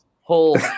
whole